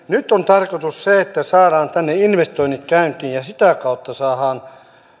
nyt on tarkoitus se että saadaan tänne investoinnit käyntiin ja sitä kautta saadaan